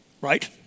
right